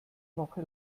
woche